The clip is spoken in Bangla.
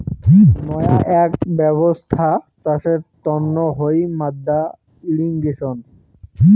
নয়া আক ব্যবছ্থা চাষের তন্ন হই মাদ্দা ইর্রিগেশন